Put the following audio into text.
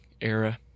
era